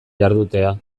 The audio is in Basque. jardutea